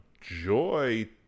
joy